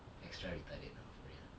extra retarded ah for real